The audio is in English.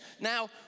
Now